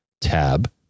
tab